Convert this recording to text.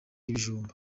ibijumba